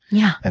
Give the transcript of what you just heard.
yeah. and